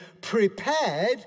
prepared